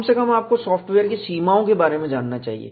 कम से कम आपको सॉफ्टवेयर की सीमाओं के बारे में जानना चाहिए